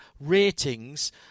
ratings